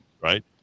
right